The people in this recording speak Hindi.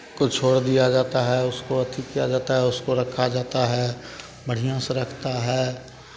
को छोड़ दिया जाता है उसको अथि किया जाता है उसको रखा जाता है बढ़ियाँ से रखता है